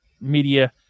media